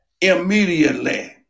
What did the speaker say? immediately